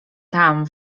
tam